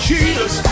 Jesus